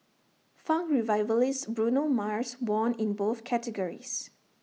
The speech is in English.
funk revivalist Bruno Mars won in both categories